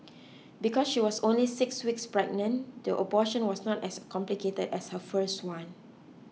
because she was only six weeks pregnant the abortion was not as complicated as her first one